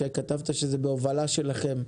כתבת שזה בהובלה שלכם.